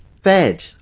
fed